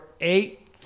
eight